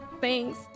Thanks